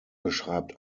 beschreibt